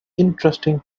interesting